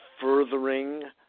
furthering